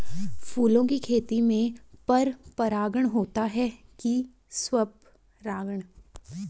फूलों की खेती में पर परागण होता है कि स्वपरागण?